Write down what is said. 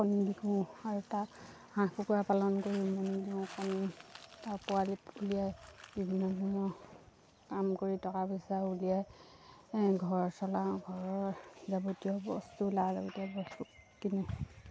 কণী বিকো আৰু তাক হাঁহ কুকুৰা পালন কৰোঁ উমনি দিওঁ কণী আৰু পোৱালি উলিয়াই বিভিন্ন ধৰণৰ কাম কৰি টকা পইচা উলিয়াই ঘৰ চলাওঁ ঘৰৰ যাৱতীয় বস্তু লাগতিয়াল বস্তু কিনো